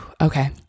Okay